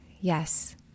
Yes